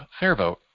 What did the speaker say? FairVote